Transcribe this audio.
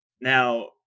Now